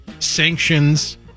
sanctions